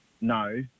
no